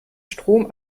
strom